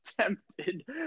tempted